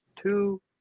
two